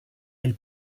elle